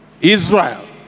Israel